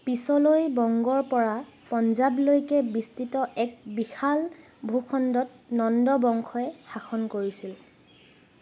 পিছলৈ বংগৰ পৰা পঞ্জাৱলৈকে বিস্তৃত এক বিশাল ভূখণ্ডত নন্দ বংশই শাসন কৰিছিল